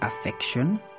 affection